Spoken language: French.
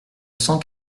cent